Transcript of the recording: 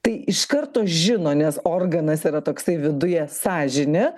tai iš karto žino nes organas yra toksai viduje sąžinė